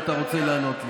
אם אתה רוצה לענות לי.